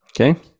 Okay